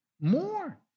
More